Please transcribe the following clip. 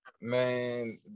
Man